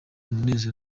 umunezero